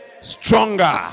stronger